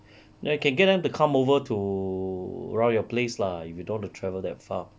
then you can get them to come over to ro~ your place lah if you don't want to travel that far